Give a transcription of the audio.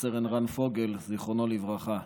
ורב-סרן חן פוגל, זיכרונו לברכה.